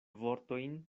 vortojn